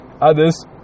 Others